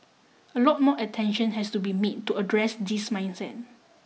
a lot more attention has to be made to address this mindset